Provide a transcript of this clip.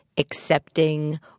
accepting